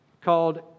called